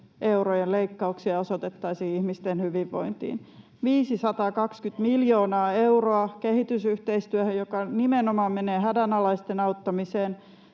eurojen leikkauksia osoitettaisiin ihmisten hyvinvointiin: 520 miljoonaa euroa kehitysyhteistyöstä, joka nimenomaan menee hädänalaisten auttamiseen,